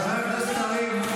אין לך עדיפויות.